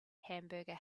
hamburger